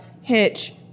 Hitch